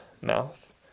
mouth